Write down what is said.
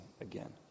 again